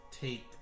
take